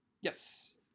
Yes